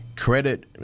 credit